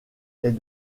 est